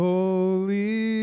Holy